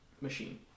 machine